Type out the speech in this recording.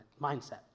mindset